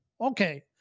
okay